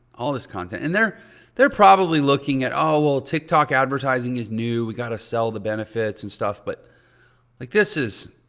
all this content and they're they're probably looking at oh, well, tiktok advertising is new. we got to sell the benefits and stuff. but like this is,